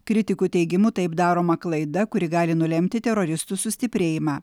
kritikų teigimu taip daroma klaida kuri gali nulemti teroristų sustiprėjimą